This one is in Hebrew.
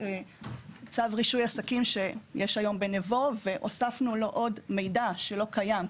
צו רישוי עסקים שיש היום בנבו הוספנו לו עוד מידע שלא קיים,